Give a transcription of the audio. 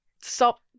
Stop